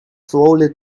slowly